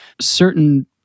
certain